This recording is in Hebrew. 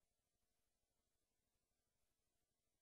וכשאתה